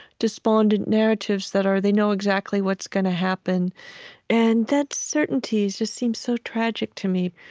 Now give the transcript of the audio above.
despondent narratives that are they know exactly what's going to happen and that certainty just seems so tragic to me.